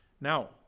now